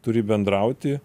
turi bendrauti